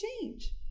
change